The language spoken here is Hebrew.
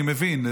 אני מבין.